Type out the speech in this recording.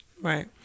Right